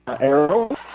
Arrow